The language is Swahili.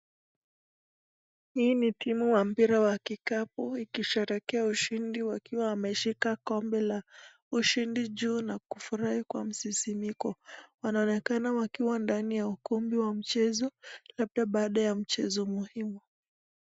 Hii ni timu wa mpira wa kikapi ikisherehekea ushindi wakiwa wameshika kombe la ushindi juu na kufurahi kwa msisimko. Wanaonekana wakiwa ndani ya ukumbi wa mchezo, labda baada ya mchezo muhimu.